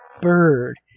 bird